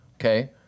Okay